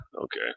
okay